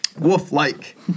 Wolf-like